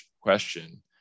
question